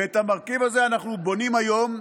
ואת המרכיב הזה אנחנו בונים היום.